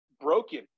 broken